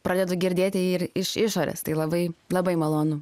pradedu girdėti jį ir iš išorės tai labai labai malonu